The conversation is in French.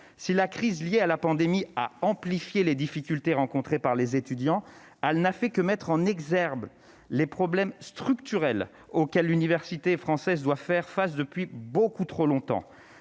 si la crise liée à la pandémie a amplifié les difficultés rencontrées par les étudiants, elle n'a fait que mettre en exergue les problèmes structurels auxquels l'université française doit faire face depuis beaucoup trop longtemps.